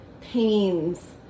pains